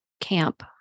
camp